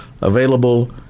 available